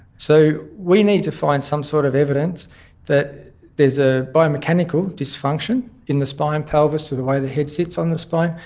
so we need to find some sort of evidence that there is a biomechanical dysfunction in the spine, pelvis or the way the head sits on the spine,